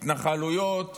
התנחלויות,